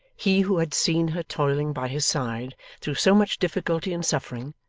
he who had seen her toiling by his side through so much difficulty and suffering,